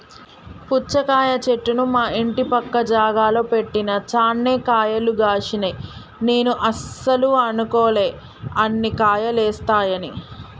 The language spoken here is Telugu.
పుచ్చకాయ చెట్టును మా ఇంటి పక్క జాగల పెట్టిన చాన్నే కాయలు గాశినై నేను అస్సలు అనుకోలే అన్ని కాయలేస్తాయని